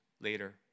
later